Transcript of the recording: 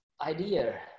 idea